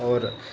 होर